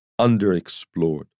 underexplored